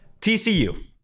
TCU